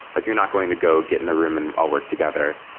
like you're not going to go get in a room and all work together.